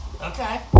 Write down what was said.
Okay